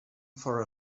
for